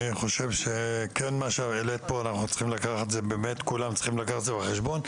אני חושב שאת מה שהעלית פה כולנו צריכים לקחת את זה בחשבון.